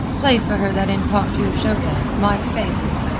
play for her that impromptu of chopin's, my favorite.